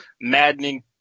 maddening